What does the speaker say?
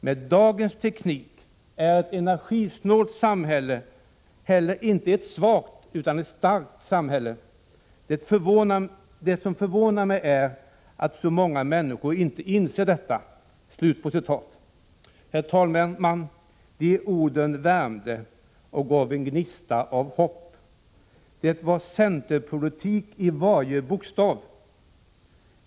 Med dagens teknik är ett energisnålt samhälle heller inte svagt utan starkt. Det som förvånar mig är att så många människor inte inser detta.” Herr talman! De orden värmde och gav en gnista av hopp. Det var centerpolitik i varje bokstav.